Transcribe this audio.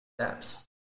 steps